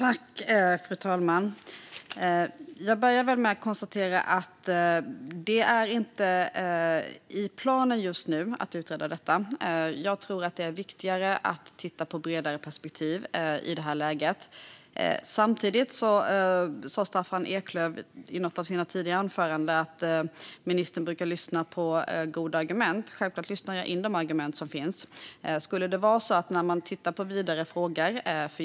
Fru talman! Att utreda det här finns inte i planen just nu. I detta läge är det viktigare att titta på bredare perspektiv. Staffan Eklöf sa i ett av sina tidigare anföranden att ministern brukar lyssna på goda argument. Självklart lyssnar jag på de argument som finns.